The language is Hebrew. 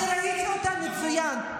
אני ראיתי אותה מצוין.